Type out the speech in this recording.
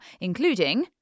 including